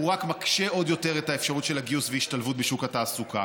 הן רק מקשות עוד יותר את האפשרות של הגיוס והשתלבות בשוק התעסוקה.